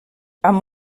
amb